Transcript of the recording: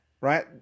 right